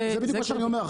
זה בדיוק מה שאני אומר.